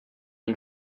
and